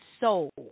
soul